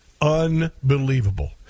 Unbelievable